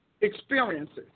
experiences